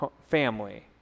family